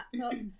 laptop